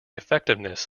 effectiveness